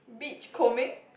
beach combing